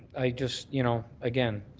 i just you know, again,